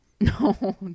No